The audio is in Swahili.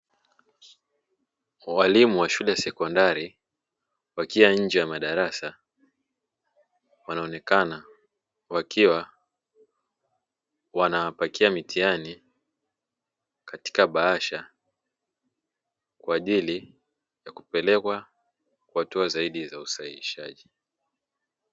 Walimu wa shule ya sekondari wakiwa nje ya madarasa wanaonekana wakiwa wanapakia mitihani katika bahasha, kwa ajili ya kupelekwa kwa hatua zaidi za usahihishaji.